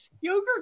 yogurt